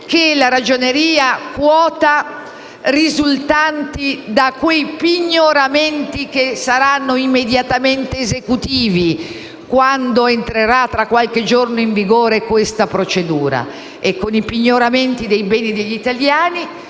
che la Ragioneria quota risultanti dai pignoramenti che saranno immediatamente esecutivi quando entrerà in vigore, tra qualche giorno, la procedura; e con i pignoramenti dei beni degli italiani